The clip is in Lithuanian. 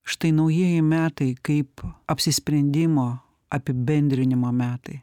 štai naujieji metai kaip apsisprendimo apibendrinimo metai